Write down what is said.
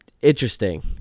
interesting